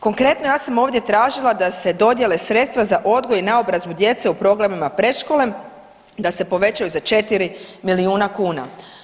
Konkretno ja sam ovdje tražila da se dodijele sredstva za odgoj i naobrazbu djece u programima predškole da se povećaju za 4 milijuna kuna.